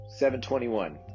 721